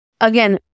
Again